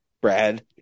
Brad